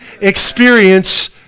experience